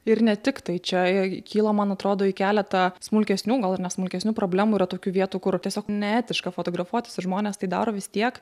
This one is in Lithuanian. ir ne tik tai čia kyla man atrodo į keletą smulkesnių gal net smulkesnių problemų yra tokių vietų kur tiesiog neetiška fotografuotis ir žmonės tai daro vis tiek